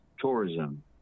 tourism